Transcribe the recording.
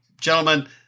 gentlemen